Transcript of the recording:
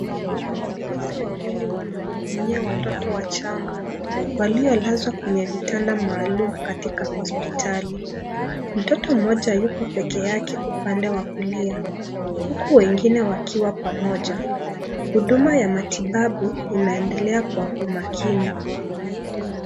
Wauguzi wawili wanahudumia watoto wachanga, waliolazwa kwenye vitanda maalum katika hospitali. Mtoto mmoja yuko pekeake upande wa kulia, huku wengine wakiwa pamoja. Huduma ya matibabu inaendelea kwa umakini.